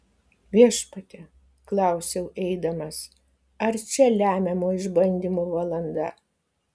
viešpatie klausiau eidamas ar čia lemiamo išbandymo valanda